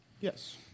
Yes